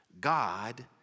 God